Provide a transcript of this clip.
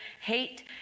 hate